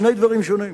שני דברים שונים.